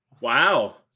wow